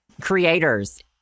creators